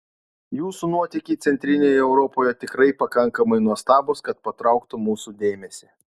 jūsų nuotykiai centrinėje europoje tikrai pakankamai nuostabūs kad patrauktų mūsų dėmesį